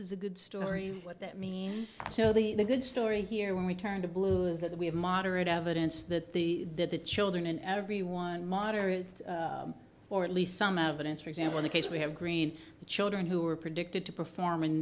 is a good story what that means so the good story here when we turn to blue is that we have moderate evidence that the that the children and everyone moderate or at least some evidence for example in the case we have green children who are predicted to perform